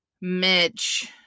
Mitch